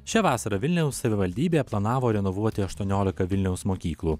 šią vasarą vilniaus savivaldybė planavo renovuoti aštuoniolika vilniaus mokyklų